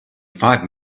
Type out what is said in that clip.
five